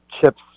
chips